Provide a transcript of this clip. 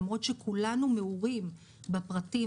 למרות שכולנו מעורים בפרטים,